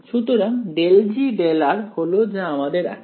সুতরাং ∂G∂r হলো যা আমাদের আছে